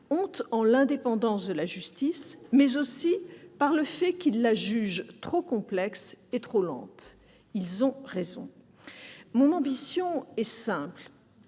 ont en l'indépendance de la justice, mais aussi par le fait qu'ils la jugent trop complexe et trop lente. Ils ont raison. Mon ambition est simple